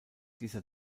dieser